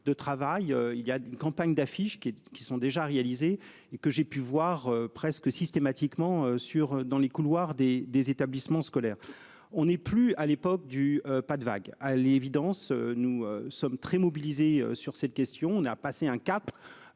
de travail il y a une campagne d'affiches qui qui sont déjà réalisés et que j'ai pu voir presque systématiquement sur dans les couloirs des des établissements scolaires. On n'est plus à l'époque du pas de vagues. À l'évidence, nous sommes très mobilisés sur cette question, on a passé un cap